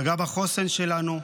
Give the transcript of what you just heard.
פגע בחוסן שלנו,